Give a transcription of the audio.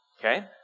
Okay